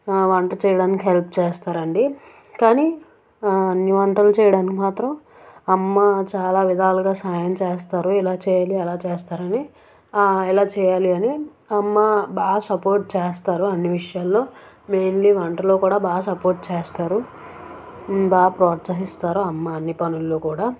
వంట చేయడానికి హెల్ప్ చేస్తారండి కానీ అన్ని వంటలు చేయడానికి మాత్రం అమ్మా చాలా విధాలుగా సాయం చేస్తారు ఇలా చేయాలి అలా చేస్తారని ఎలా చేయాలి అని అమ్మా బాగా సపోర్ట్ చేస్తరు అన్ని విషయాల్లో మెయిన్లీ వంటలో కూడా బాగా సపోర్ట్ చేస్తారు బాగా ప్రోత్సహిస్తారు అమ్మ అన్ని పనుల్లో కూడా